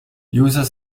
users